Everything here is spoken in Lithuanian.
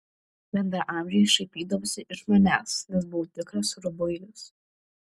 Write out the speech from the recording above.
bendraamžiai šaipydavosi iš manęs nes buvau tikras rubuilis